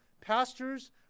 pastors